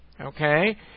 okay